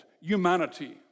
humanity